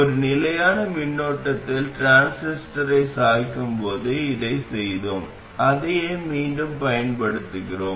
ஒரு நிலையான மின்னோட்டத்தில் டிரான்சிஸ்டரைச் சாய்க்கும் போது இதைச் செய்தோம் அதையே மீண்டும் பயன்படுத்துகிறோம்